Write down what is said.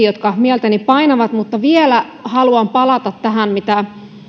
jotka mieltäni painavat mutta vielä haluan palata tähän mitä